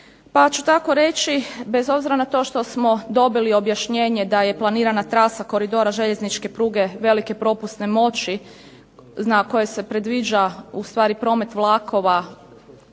Pa ću tako reći, bez obzira na to što smo dobili objašnjenje da je planirana trasa koridora željezničke pruge velike propusne moći na kojoj se predviđa ustvari promet vlakova